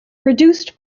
produced